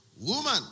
Woman